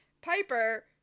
Piper